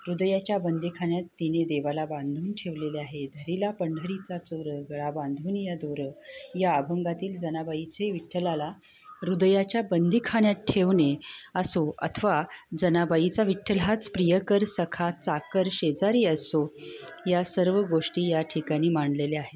हृदयाच्या बंदीखान्यात तिने देवाला बांधून ठेवलेले आहेत धरीला पंढरीचा चोर गळा बांधूनिया दोर या अभंगातील जनाबाईचे विठ्ठलाला हृदयाच्या बंदीखान्यात ठेवणे असो अथवा जनाबाईचा विठ्ठल हाच प्रियकर सखा चाकर शेजारी असो या सर्व गोष्टी या ठिकाणी मांडलेल्या आहेत